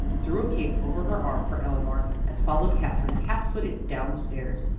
threw a cape over her arm for eleanor, and followed katherine cat-footed down the stairs.